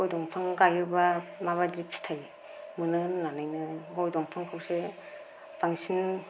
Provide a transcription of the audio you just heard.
गय दंफां गायोबा माबायदि फिथाय मोनो होननानैनो गय दंफांखौसो बांसिन